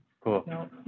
Cool